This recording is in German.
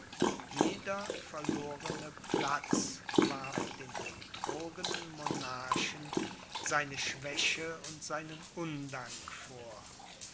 jeder verlorene platz warf dem betrogenen monarchen seine schwäche und seinen undank vor